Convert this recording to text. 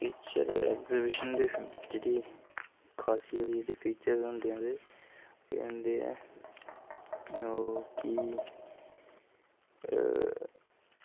बिच्च एह् ऐगज़िविशन दै बिच्च जी खासियत जेह्ड़े फीचर होंदे एह्दे एह् होंदे ओह् कि